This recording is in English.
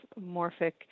morphic